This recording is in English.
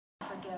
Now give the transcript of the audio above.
forgive